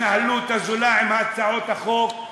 עם ההתנהלות הזולה, עם הצעות החוק.